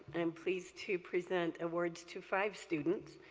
and am pleased to present awards to five students.